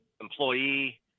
employee